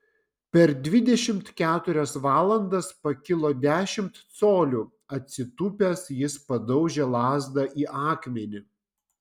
per dvidešimt keturias valandas pakilo dešimt colių atsitūpęs jis padaužė lazdą į akmenį